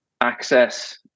access